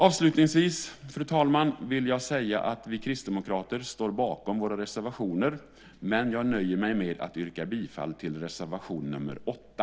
Avslutningsvis, fru talman, vill jag säga att vi kristdemokrater står bakom våra reservationer, men jag nöjer mig med att yrka bifall till reservation 8.